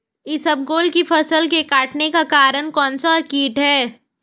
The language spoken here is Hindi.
इसबगोल की फसल के कटने का कारण कौनसा कीट है?